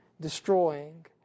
destroying